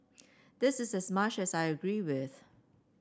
this is as much as I agree with